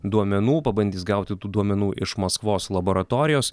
duomenų pabandys gauti tų duomenų iš maskvos laboratorijos